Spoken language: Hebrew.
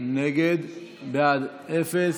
יש עתיד-תל"ם,